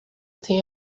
tem